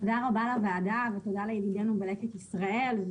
תודה רבה לוועדה ותודה לידידינו בלקט ישראל.